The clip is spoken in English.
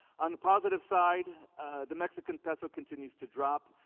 on the positive side the mexican peso continues to drop.